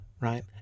Right